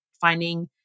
finding